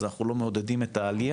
אז אנחנו לא מעודדים את העלייה'.